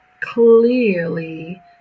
clearly